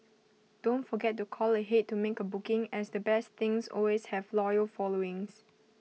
don't forget to call ahead to make A booking as the best things always have loyal followings